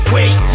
Wait